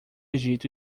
egito